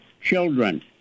children